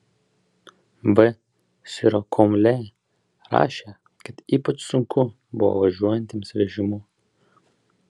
v sirokomlė rašė kad ypač sunku buvo važiuojantiems vežimu